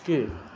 की